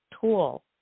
tool